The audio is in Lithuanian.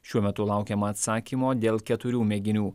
šiuo metu laukiama atsakymo dėl keturių mėginių